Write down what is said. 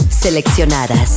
Seleccionadas